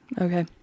Okay